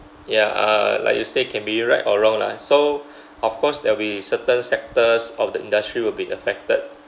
ya uh like you say can be right or wrong lah so of course there will be certain sectors of the industry will be affected